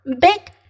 Big